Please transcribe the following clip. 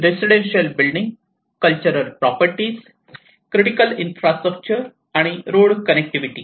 residential building cultural properties critical infrastructure आणि road connectivity